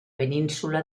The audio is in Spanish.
península